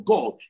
God